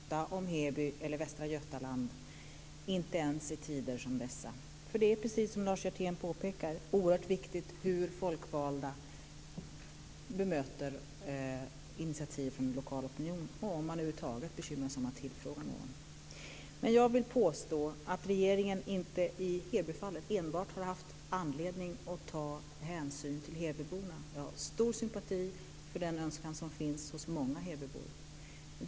Fru talman! Nej, det är inte futtigt att prata om Heby eller Västra Götaland, inte ens i tider som dessa. För det är precis som Lars Hjertén påpekar oerhört viktigt hur folkvalda bemöter initiativ från lokal opinion och om man över huvud taget bekymrar sig om att tillfråga någon. Men jag vill påstå att regeringen inte i Hebyfallet enbart har haft anledning att ta hänsyn till Hebyborna. Jag har stor sympati för den önskan som finns hos många Hebybor.